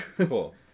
Cool